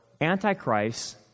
Antichrist